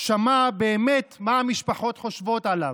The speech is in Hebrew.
שמע מה באמת המשפחות חושבות עליו.